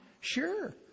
Sure